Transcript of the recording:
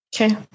Okay